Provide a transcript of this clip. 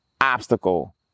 obstacle